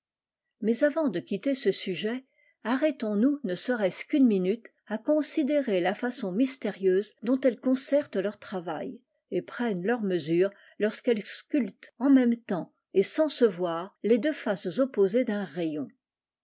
mais avant de quitter ce sujet arrêtons-nous ne serait-ce qu'une niinute à considérer la façon mystérieuse dont elles concertent leur travail et prennent leurs mesures lorsqu'elles sculptent en même temps et sans se voir les deux faces opposées d'un rayon